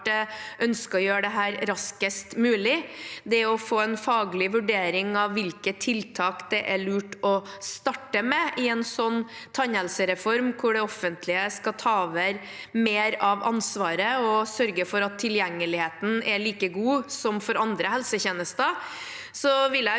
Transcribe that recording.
ønsker å gjøre dette raskest mulig. Det å få en faglig vurdering av hvilke tiltak det er lurt å starte med i en sånn tannhelsereform, hvor det offentlige skal ta over mer av ansvaret og sørge for at tilgjengeligheten er like god som for andre helsetjenester, og det